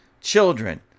children